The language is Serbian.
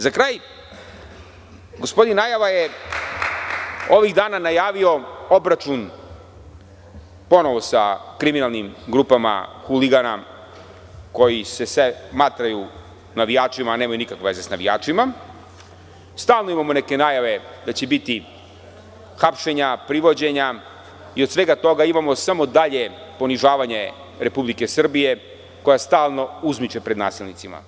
Za kraj, gospodin najava je ovih dana najavio obračun ponovo sa kriminalnim grupama huligana koji se smatraju navijačima, a nemajunikakve veze sa navijačima, stalno imamo neke najave da će biti hapšenja, privođenja i od svega toga imamo samo dalje ponižavanje Republike Srbije, koja stalno uzmiče pred nasilnicima.